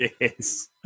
Yes